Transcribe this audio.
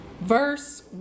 verse